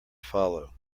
follow